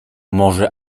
może